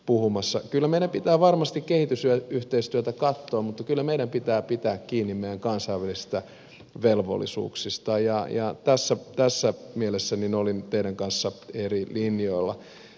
kyllä meidän pitää varmasti kehitysyhteistyötä katsoa mutta kyllä meidän pitää pitää kiinni meidän kansainvälisistä velvollisuuksista ja tässä mielessä olin teidän kanssanne eri linjoilla